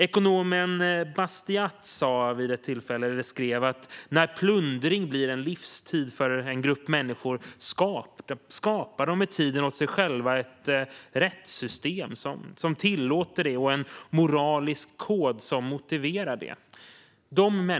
Ekonomen Bastiat skrev att när plundring blir en livsstil för en grupp människor skapar de med tiden åt sig själva ett rättssystem som tillåter plundring och en moralisk kod som motiverar plundring.